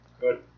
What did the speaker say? Good